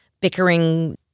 bickering